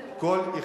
לא.